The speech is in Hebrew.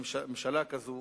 ממשלה כזאת